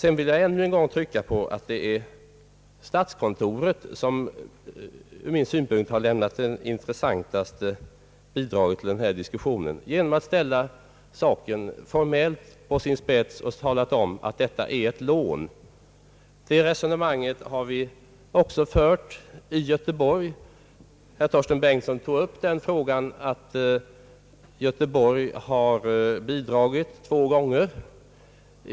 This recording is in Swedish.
Jag vill också ännu en gång understryka att det är statskontoret som ur min synpunkt lämnat det intressantaste bidraget till denna diskussion genom att formellt ställa saken på sin spets och tala om att detta är ett lån. Det resonemanget har vi också fört i Göteborg. Herr Torsten Bengtson nämnde att Göteborg har bidragit två gånger.